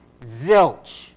zilch